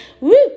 Woo